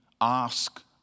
ask